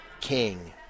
king